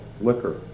liquor